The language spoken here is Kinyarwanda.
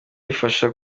rifasha